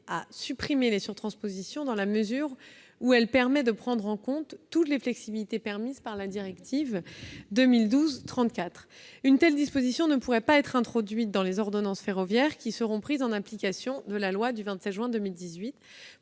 à supprimer les surtranspositions, dans la mesure où elle permet de prendre en compte toutes les flexibilités autorisées par la directive 2012/34/UE. Une telle disposition ne pourrait pas être introduite dans les ordonnances « ferroviaires » qui seront prises en application de la loi du 27 juin 2018